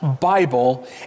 Bible